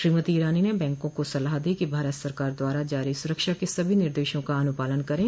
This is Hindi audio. श्रीमती ईरानी ने बैंकों को सलाह दी कि भारत सरकार द्वारा जारी सुरक्षा के सभी निर्देशों का अनुपालन करें